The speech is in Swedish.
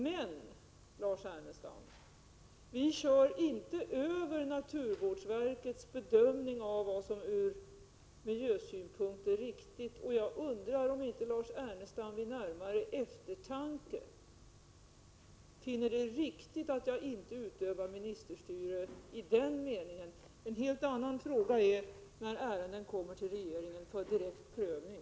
Men, Lars Ernestam, vi kör inte över naturvårdsverkets bedömning av vad som ur miljösynpunkt är riktigt, och jag undrar om inte Lars Ernestam vid närmare eftertanke finner att det är riktigt att jag inte utövar ministerstyre i den meningen. En helt annan sak är när ärenden kommer till regeringen för direkt prövning.